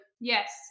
Yes